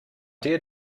dear